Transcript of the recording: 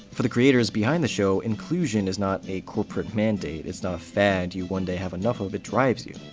for the creators behind the show, inclusion is not a corporate mandate, it's not a fad you one day have enough of, it drives you.